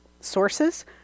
Sources